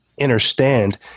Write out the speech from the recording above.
understand